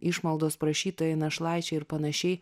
išmaldos prašytojai našlaičiai ir panašiai